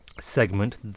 segment